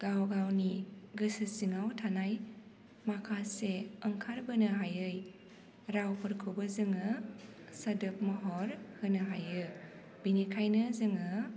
गाव गावनि गोसो सिङाव थानाय माखासे ओंखारबोनो हायै रावफोरखौबो जोङो सोदोब महर होनो हायो बेनिखायनो जोङो